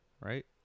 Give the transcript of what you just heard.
Right